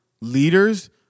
leaders